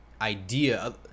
idea